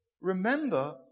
remember